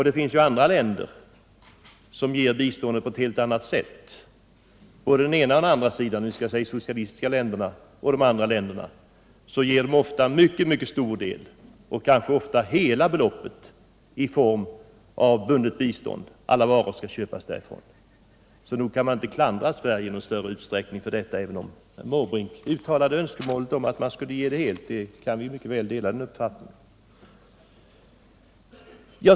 Det finns andra länder — både socialistiska och icke socialistiska — som ger biståndet på ett helt annat sätt. De ger ofta en mycket stor del därav — ibland hela beloppet —-i form av bundet bistånd. Varor skall också köpas därifrån, så inte kan man klandra Sverige på den punkten, även om jag mycket väl kan dela Bertil Måbrinks uppfattning att det vore önskvärt att biståndet vore obundet.